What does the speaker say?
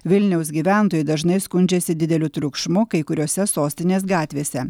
vilniaus gyventojai dažnai skundžiasi dideliu triukšmu kai kuriose sostinės gatvėse